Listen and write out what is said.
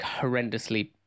horrendously